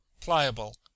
pliable